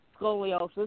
Scoliosis